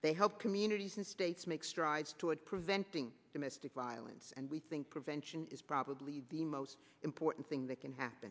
they help communities and states make strides toward preventing domestic violence and we think prevention is probably the most important thing that can happen